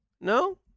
No